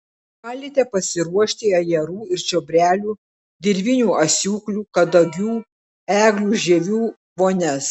galite pasiruošti ajerų ir čiobrelių dirvinių asiūklių kadagių eglių žievių vonias